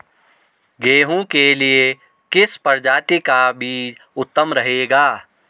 गेहूँ के लिए किस प्रजाति का बीज उत्तम रहेगा?